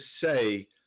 say